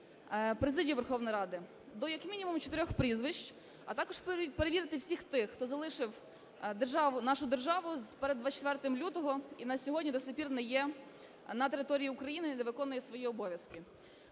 президію Верховної Ради до як мінімум чотирьох прізвищ, а також перевірити всіх тих, хто залишив державу, нашу державу перед 24 лютого і на сьогодні до сих пір не є на території України і не виконує свої обов'язки.